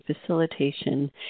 facilitation